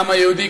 העם היהודי,